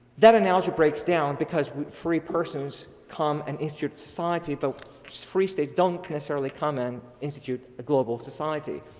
that analogy breaks down because free persons come and institute society, but free states don't necessarily come and institute a global society.